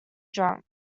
drunk